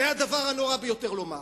זה הדבר הנורא ביותר לומר.